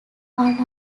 are